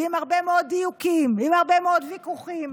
עם הרבה מאוד דיוקים ועם הרבה מאוד ויכוחים.